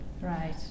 right